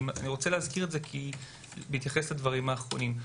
אני רוצה להזכיר את זה בהתייחס לדברים שנאמרו.